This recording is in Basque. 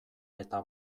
eta